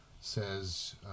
Says